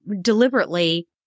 deliberately